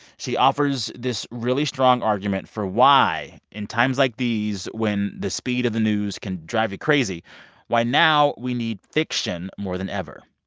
she offers this really strong argument for why, in times like these when the speed of the news can drive you crazy why now we need fiction more than ever.